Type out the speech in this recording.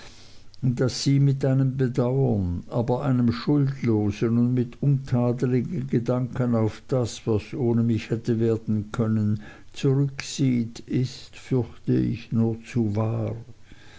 daß sie mit einem bedauern aber einem schuldlosen und mit untadeligen gedanken auf das was ohne mich hätte werden können zurücksieht ist fürchte ich nur zu wahr